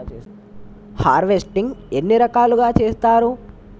Harvesting ఎన్ని రకాలుగా చేస్తరు?